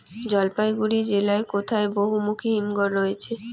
জলপাইগুড়ি জেলায় কোথায় বহুমুখী হিমঘর রয়েছে?